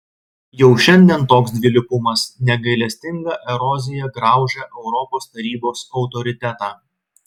jau šiandien toks dvilypumas negailestinga erozija graužia europos tarybos autoritetą